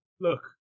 look